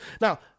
now